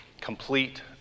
complete